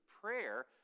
prayer